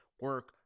Work